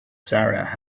sarah